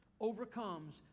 overcomes